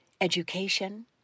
education